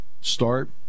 start